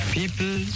people